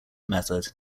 method